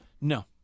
No